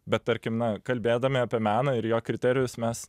bet tarkim na kalbėdami apie meną ir jo kriterijus mes